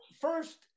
first